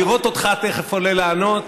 לראות אותך תכף עולה לענות